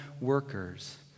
workers